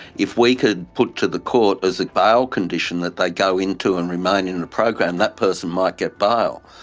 if we could put to the court as a bail condition that they go into and remain in the program, that person might get bail.